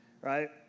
right